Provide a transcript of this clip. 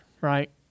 right